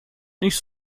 nicht